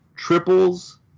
triples